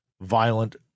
violent